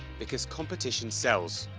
because competition sells.